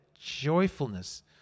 joyfulness